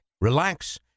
relax